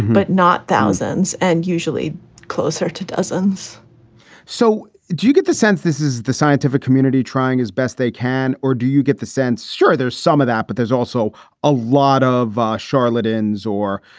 but not thousands. and usually closer to dozens so do you get the sense this is the scientific community trying as best they can? or do you get the sense? sure, there's some of that, but there's also a lot of charlatans or,